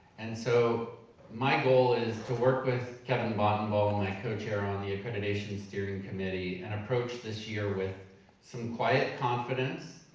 and so my goal is to work with kevin bontenbal, and my coach here on the accreditation steering committee, and approach this year with some quiet confidence,